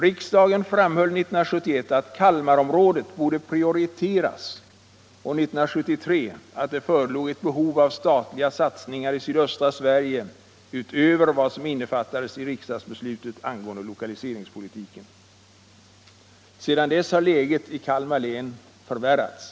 Riksdagen framhöll 1971 att Kalmarområdet borde prioriteras och 1973 att det förelåg ett behov av statliga satsningar i sydöstra Sverige utöver vad som innefattades i riksdagsbeslutet angående lokaliseringspolitiken. Sedan dess har läget i Kalmar län förvärrats.